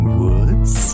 woods